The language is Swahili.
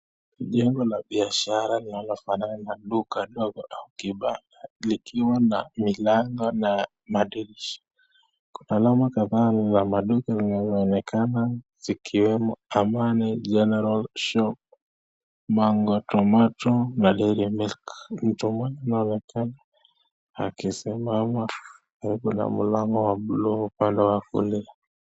Jengo la biashara linalo fanana na duka ndogo la ukiba . Likiwa na milango na madirisha . Kuna alama kadhaa ya maduka inayoonekana zikiwemo "(cs)Amani General shop(cs)" ,"(cs)mango tomato daily milk(cs)" "(cs)ruto milk(cs)". Mmama Moja anaonekana akisimama huku Kuna mulango Moja ya (cs)bule(cs) Upande Wa kulia.